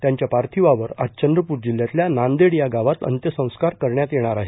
त्यांच्या पार्थिवावर आज चंद्रपूर जिल्ह्यातल्या नांदेड या गावात अंत्यंसंस्कार करण्यात येणार आहेत